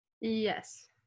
Yes